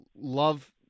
love –